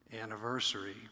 anniversary